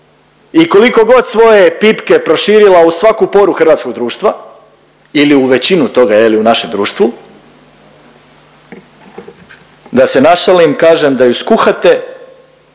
i koliko god svoje pipke proširila u svaku poru hrvatskog društva ili u većinu toga je li u našem društvu da se našalim i kažem da ju skuhate,